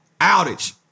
outage